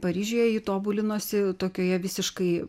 paryžiuje ji tobulinosi tokioje visiškai